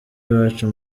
iwacu